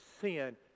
sin